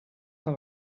cent